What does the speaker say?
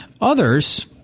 Others